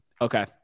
Okay